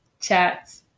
chats